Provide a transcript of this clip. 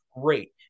great